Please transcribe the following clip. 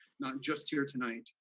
not just here tonight,